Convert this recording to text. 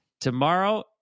tomorrow